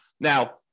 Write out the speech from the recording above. Now